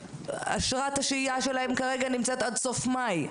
אשרת השהייה שלהם כרגע נמצאת עד סוף מאי,